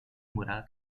moral